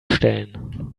stellen